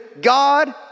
God